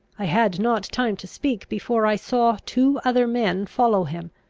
i had not time to speak, before i saw two other men follow him.